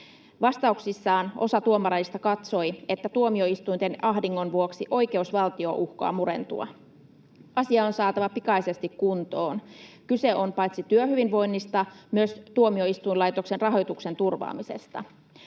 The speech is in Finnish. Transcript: Vastauksissaan osa tuomareista katsoi, että tuomioistuinten ahdingon vuoksi oikeusvaltio uhkaa murentua. Asia on saatava pikaisesti kuntoon. Kyse on paitsi työhyvinvoinnista myös tuomioistuinlaitoksen rahoituksen turvaamisesta.